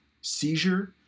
seizure